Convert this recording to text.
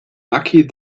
lucky